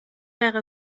wäre